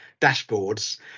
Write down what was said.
dashboards